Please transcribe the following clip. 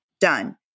Done